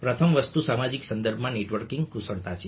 પ્રથમ વસ્તુ સામાજિક સંદર્ભમાં નેટવર્કિંગ કુશળતા છે